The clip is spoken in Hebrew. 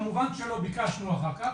כמובן שלא ביקשנו אחר כך,